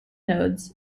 nodes